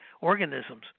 organisms